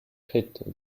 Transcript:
hate